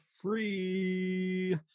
free